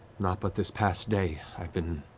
naught but this past day i have been